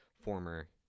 Former